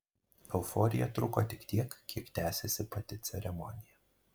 euforija truko tik tiek kiek tęsėsi pati ceremonija